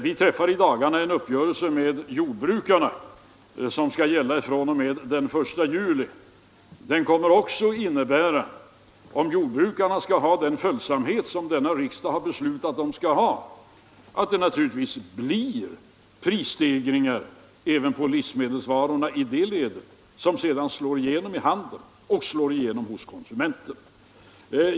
Vi träffar i dagarna en uppgörelse med jordbrukarna som skall gälla fr.o.m. den 1 juli. Den kommer naturligtvis att innebära — om jordbrukarna skall få den följsamhet som riksdagen beslutat om — prisstegringar på livsmedelsvarorna även i det ledet vilka sedan slår igenom i handeln och hos konsumenten.